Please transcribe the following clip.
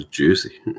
juicy